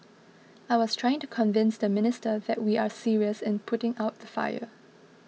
I was trying to convince the minister that we are serious in putting out the fire